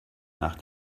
nach